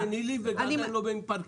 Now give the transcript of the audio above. ואני לא סנילי ועדיין לא עם פרקינסון.